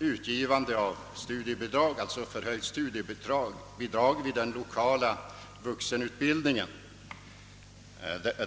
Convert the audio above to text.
om man skall ge studiebidrag vid den 1okala vuxenutbildningen.